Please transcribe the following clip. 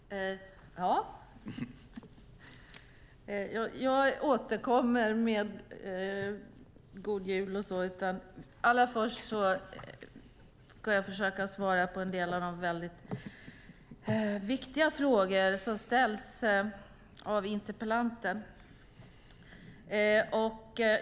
Herr talman! Jag återkommer med god jul och så vidare. Allra först ska jag försöka svara på en del av de väldigt viktiga frågor som ställts av interpellanten.